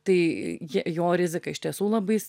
tai ji jo riziką iš tiesų labai